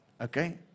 okay